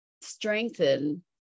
strengthen